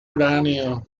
uranio